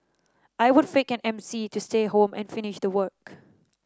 I would fake an M C to stay home and finish the work